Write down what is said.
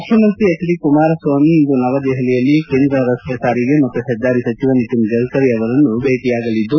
ಮುಖ್ಯಮಂತ್ರಿ H D Kumaraswamy ಇಂದು ದೆಹಲಿಯಲ್ಲಿ ಕೇಂದ್ರ ರಸ್ತೆ ಸಾರಿಗೆ ಮತ್ತು ಹೆದ್ದಾರಿ ಸಚಿವ ನಿತಿನ್ ಗಡ್ಕರಿ ಅವರನ್ನು ಭೇಟಿಯಾಗಲಿದ್ದು